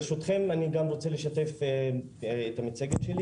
ברשותכם, אני גם רוצה לשתף מצגת שלי